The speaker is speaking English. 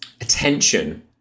attention